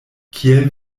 kiel